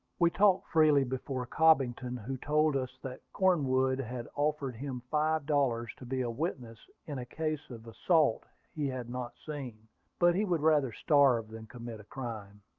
we talked freely before cobbington, who told us that cornwood had offered him five dollars to be a witness in a case of assault he had not seen but he would rather starve than commit a crime.